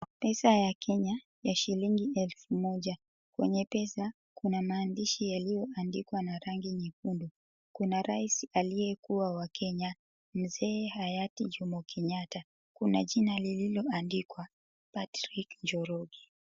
Pesa ya Kenya ya shilingi elfu moja. Kwenye pesa kuna maandishi yaliyoandikwa na rangi nyekundu. Kuna rais aliyekuwa wa Kenya, mzee hayati Jomo Kenyatta. Kuna jina lililoandikwa Patrick Njoroge.